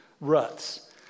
ruts